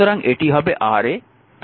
সুতরাং এটি হবে Ra